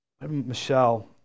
Michelle